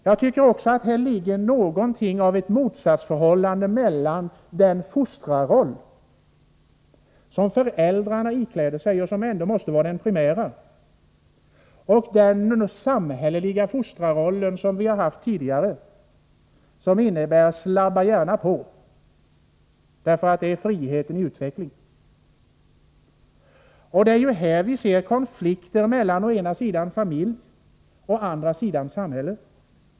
Jag tycker också att här finns något av ett motsatsförhållande mellan den fostrarroll som föräldrarna ikläder sig, och som måste vara den primära, och den samhälleliga fostrarrollen som vi känner till sedan tidigare och som innebär ”slabba gärna på” för det är friheten i utvecklingen. Det är här vi ser konflikten mellan å ena sidan familjen och å andra sidan samhället.